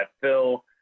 Phil